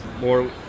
More